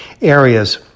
areas